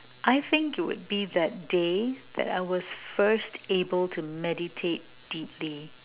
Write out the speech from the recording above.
I think it would be that day that I was first able to meditate deeply